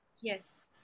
Yes